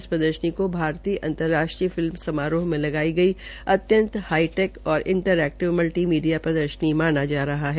इस प्रदर्शनी को भारतीय अंतर्राष्ट्रीय फिलम समारोह में लगाई गई अत्यंत हाईटेक और इंटराएक्टिव मल्टी मीडिया प्रदर्शनी माना जा रहा है